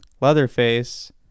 Leatherface